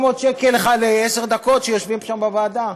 700 שקל לעשר דקות שיושבים שם בוועדה.